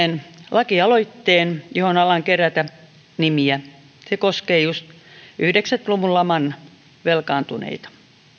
lakialoitteen johon alan kerätä nimiä se koskee just yhdeksänkymmentä luvun laman velkaantuneita